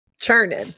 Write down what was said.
Churning